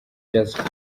jazz